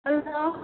hello